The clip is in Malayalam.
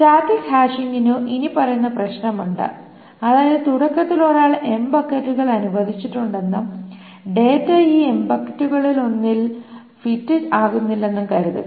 സ്റ്റാറ്റിക് ഹാഷിംഗിനു ഇനിപ്പറയുന്ന പ്രശ്നം ഉണ്ട് അതായത് തുടക്കത്തിൽ ഒരാൾ m ബക്കറ്റുകൾ അനുവദിച്ചിട്ടുണ്ടെന്നും ഡാറ്റ ഈ m ബക്കറ്റുകളിലൊന്നിലും ഫിറ്റ് ആകുന്നില്ലെന്നും കരുതുക